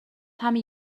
همین